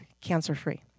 cancer-free